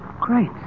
Great